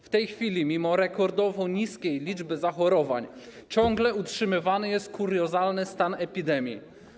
W tej chwili, mimo rekordowo niskiej liczby zachorowań, ciągle utrzymywany jest kuriozalny stan epidemii.